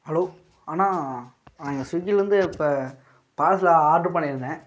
hello அண்ணா நாங்கள் ஸ்விக்கிலேருந்து இப்போ பார்சல் ஆர்ட்ரு பண்ணியிருந்தேன்